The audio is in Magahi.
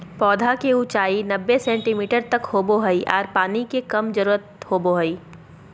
पौधा के ऊंचाई नब्बे सेंटीमीटर तक होबो हइ आर पानी के कम जरूरत होबो हइ